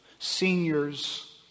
seniors